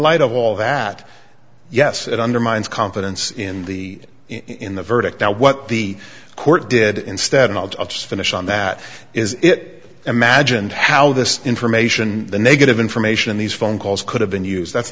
light of all that yes it undermines confidence in the in the verdict that what the court did instead and i'll just finish on that is it imagined how this information the negative information in these phone calls could have been used that's